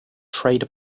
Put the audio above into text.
trade